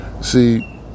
See